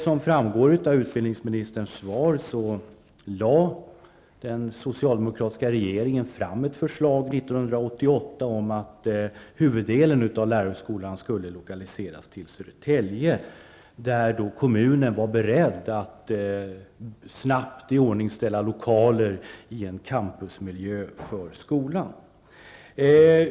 Som framgår av utbildningsministerns svar lade den socialdemokratiska regeringen fram ett förslag 1988 om att huvuddelen av lärarhögskolan skulle lokaliseras till Södertälje, där kommunen var beredd att snabbt iordningställa lokaler i en campusmiljö för skolan.